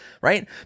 right